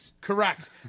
Correct